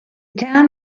town